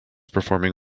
performing